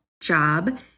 job